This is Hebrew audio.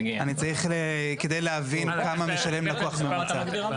אני צריך כדי להבין כמה משלם לקוח ממוצע.